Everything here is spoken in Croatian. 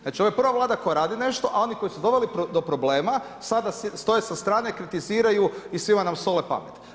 Znači ovo je prva Vlada koja radi nešto a oni koji su doveli do problema sada stoje sa strane, kritiziraju i svima nam sole pamet.